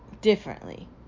differently